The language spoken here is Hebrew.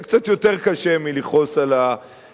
זה קצת יותר קשה מלכעוס על הרשויות.